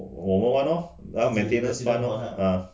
我我们还 lor then maintenance